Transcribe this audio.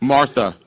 Martha